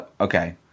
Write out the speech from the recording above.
Okay